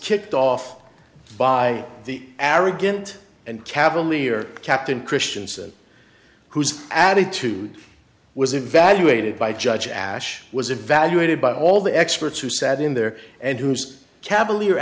kicked off by the ara ghent and cavalier captain christiansen whose attitude was evaluated by judge ash was evaluated by all the experts who sat in there and whose cavalier